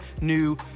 new